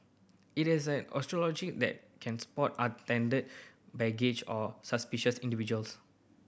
it has an algorithm that can spot unattended baggage or suspicious individuals